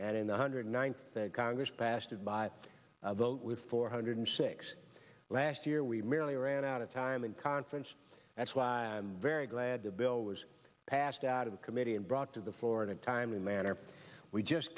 in the hundred ninth congress passed by vote with four hundred six last year we merely ran out of time in conference that's why i'm very glad the bill was passed out of committee and brought to the floor in a timely manner we just